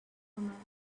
matters